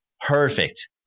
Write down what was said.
Perfect